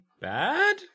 Bad